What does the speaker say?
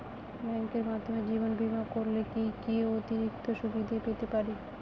ব্যাংকের মাধ্যমে জীবন বীমা করলে কি কি অতিরিক্ত সুবিধে পেতে পারি?